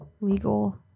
legal